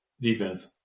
defense